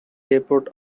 airport